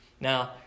Now